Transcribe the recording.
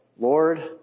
Lord